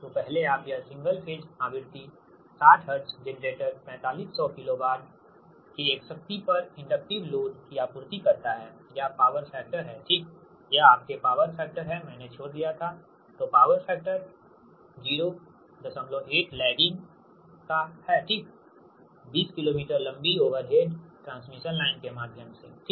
तो पहले आप यह सिंगल फेज आवृत्ति 60 हर्ट्ज जेनरेटर 4500 किलोवाट के एक शक्ति पर इंडकटीव लोड की आपूर्ति करता है यह पावर फैक्टर है ठीक यह आपके पावर फैक्टर है मैंने छोड़ दिया हैतो पावर फैक्टर 08 लैगिंग का ठीक 20 किलोमीटर लंबी ओवरहेड ट्रांसमिशन लाइन के माध्यम से ठीक